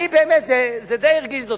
אני, באמת, זה די הרגיז אותי.